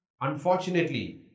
Unfortunately